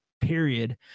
Period